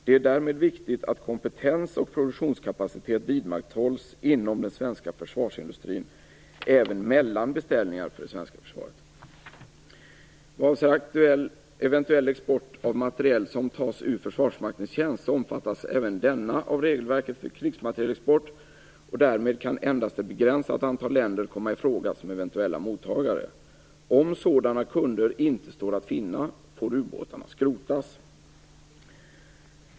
Det är därmed viktigt att kompetens och produktionskapacitet vidmakthålls inom den svenska försvarsindustrin även mellan beställningar för det svenska försvaret. Försvarsmaktens tjänst så omfattas även denna av regelverket för krigsmaterielexport, och därmed kan endast ett begränsat antal länder komma i fråga som eventuella mottagare. Om sådana kunder inte står att finna får ubåtarna skrotas.